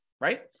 right